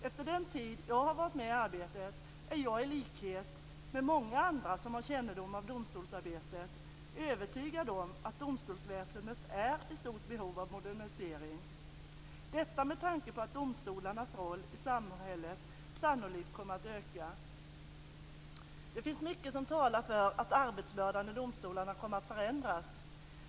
Efter den tid jag har varit med i arbetet är jag, i likhet med många andra som har kännedom om domstolsarbetet, övertygad om att domstolsväsendet är i stort behov av modernisering. Detta är med tanke på att domstolarnas roll i samhället sannolikt kommer att öka. Det finns mycket som talar för att arbetsbördan i domstolarna kommer att förändras.